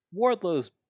Wardlow's